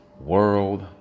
World